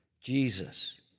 Jesus